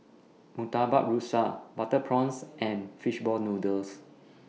Murtabak Rusa Butter Prawns and Fish Ball Noodles